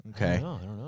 Okay